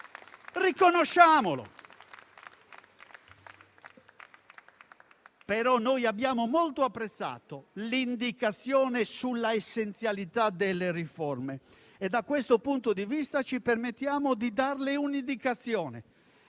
all'Italia. Abbiamo molto apprezzato l'indicazione sulla essenzialità delle riforme e da questo punto di vista ci permettiamo di darle un'indicazione,